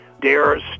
dares